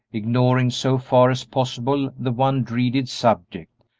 ignoring so far as possible the one dreaded subject,